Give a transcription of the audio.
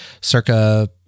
circa